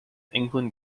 england